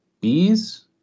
bees